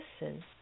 listen